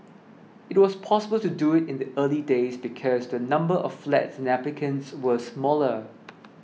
it was possible to do it in the early days because the number of flats applicants were smaller